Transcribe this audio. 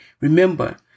Remember